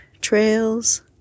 trails